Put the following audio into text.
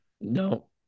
No